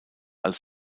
als